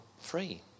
free